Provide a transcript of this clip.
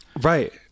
right